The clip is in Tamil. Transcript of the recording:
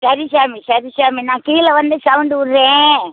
சரி சாமி சரி சாமி நான் கீழே வந்து சவுண்ட் விட்றேன்